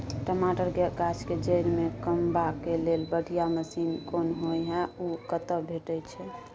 टमाटर के गाछ के जईर में कमबा के लेल बढ़िया मसीन कोन होय है उ कतय भेटय छै?